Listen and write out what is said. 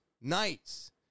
nights